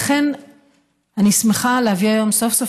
לכן אני שמחה להביא היום סוף-סוף,